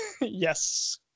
Yes